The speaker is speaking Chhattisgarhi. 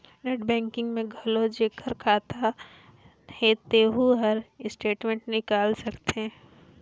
नेट बैंकिग में घलो जेखर खाता हे तेहू हर स्टेटमेंट निकाल सकथे